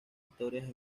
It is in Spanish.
historias